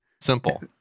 Simple